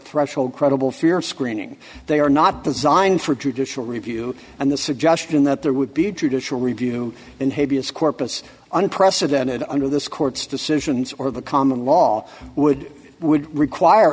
threshold credible fear of screening they are not designed for judicial review and the suggestion that there would be judicial review and habeas corpus unprecedented under this court's decisions or the common law would would require